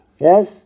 Yes